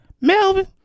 Melvin